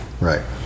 Right